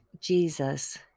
Jesus